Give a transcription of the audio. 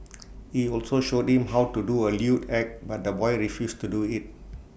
he also showed him how to do A lewd act but the boy refused to do IT